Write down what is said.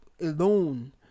alone